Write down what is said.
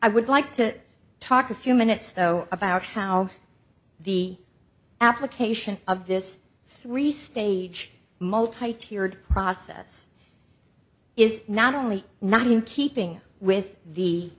i would like to talk a few minutes though about how the application of this three stage multi tiered process is not only not in keeping with the